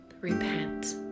Repent